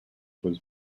was